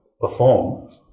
perform